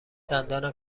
دندانم